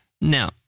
Now